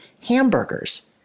hamburgers